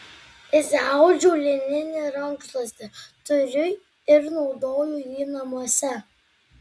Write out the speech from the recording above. išsiaudžiau lininį rankšluostį turiu ir naudoju jį namuose